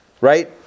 right